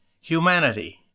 humanity